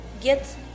get